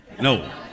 no